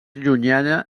llunyana